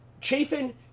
Chafin